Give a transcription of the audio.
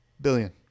Billion